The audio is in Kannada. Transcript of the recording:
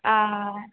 ಆಂ